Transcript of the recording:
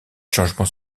changements